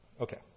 Okay